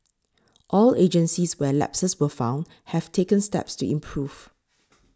all agencies where lapses were found have taken steps to improve